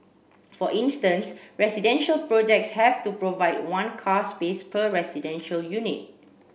for instance residential projects have to provide one car space per residential unit